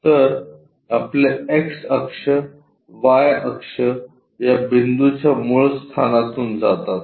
तर आपले एक्स अक्ष वाय अक्ष या बिंदूच्या मुळस्थानामधून जातात